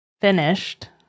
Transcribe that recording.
finished